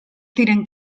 diren